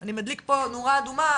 אני מדליק נורה אדומה,